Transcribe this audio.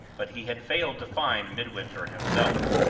but he had failed to find midwinter himself.